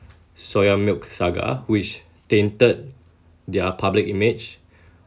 soya milk saga which tainted their public image